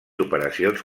operacions